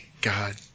God